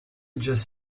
just